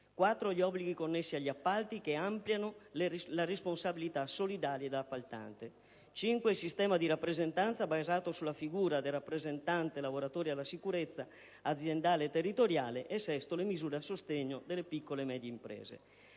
gli obblighi connessi agli appalti, che ampliano la responsabilità solidale dell'appaltante; quinto, il sistema di rappresentanza basato sulla figura del rappresentante dei lavoratori per la sicurezza aziendale e territoriale; infine, le misure a sostegno delle piccole e medie imprese.